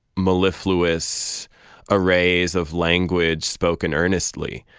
mellifluous arrays of language spoken earnestly.